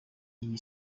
iyi